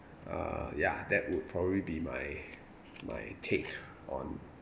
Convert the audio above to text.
uh ya that would probably be my my take on